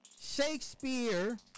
Shakespeare